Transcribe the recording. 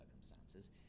circumstances